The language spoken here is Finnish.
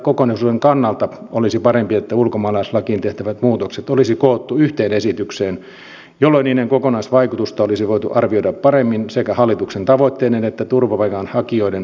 kokonaisuuden kannalta olisi parempi että ulkomaalaislakiin tehtävät muutokset olisi koottu yhteen esitykseen jolloin niiden kokonaisvaikutusta olisi voitu arvioida paremmin sekä hallituksen tavoitteiden että turvapaikanhakijoiden perusoikeuksien kannalta